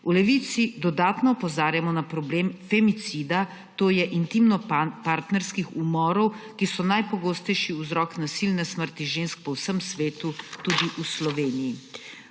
V Levici dodatno opozarjamo na problem femicida, to je intimnopartnerskih umorov, ki so najpogostejši vzrok nasilne smrti žensk po vsem svetu, tudi v Sloveniji.